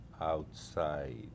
outside